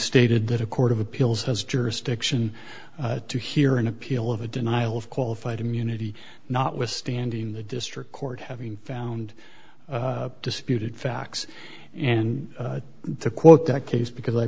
stated that a court of appeals has jurisdiction to hear an appeal of a denial of qualified immunity notwithstanding the district court having found disputed facts and the quote that case because i